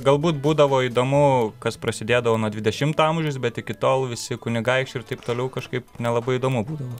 galbūt būdavo įdomu kas prasidėdavo nuo dvidešimto amžiaus bet iki tol visi kunigaikščiai ir taip toliau kažkaip nelabai įdomu būdavo